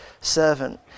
servant